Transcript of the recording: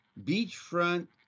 beachfront